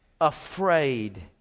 afraid